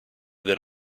that